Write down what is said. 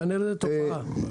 כנראה, תופעה.